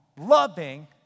loving